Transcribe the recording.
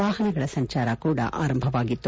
ವಾಹನಗಳ ಸಂಚಾರ ಕೂಡ ಆರಂಭವಾಗಿತ್ತು